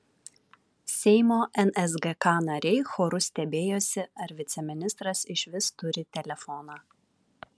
seimo nsgk nariai choru stebėjosi ar viceministras išvis turi telefoną